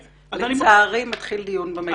לצערי מתחיל דיון במליאה.